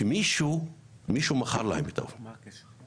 שמישהו מכר להם את האופניים.